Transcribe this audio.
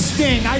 Sting